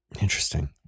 Interesting